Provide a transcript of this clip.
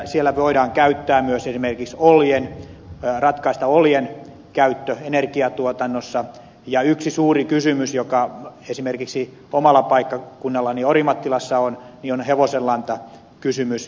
siellä voidaan ratkaista esimerkiksi oljen käyttö energiatuotannossa ja yksi suuri kysymys joka esimerkiksi omalla paikkakunnallani orimattilassa on on hevosenlanta kysymys